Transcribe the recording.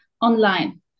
online